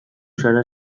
zara